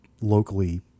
locally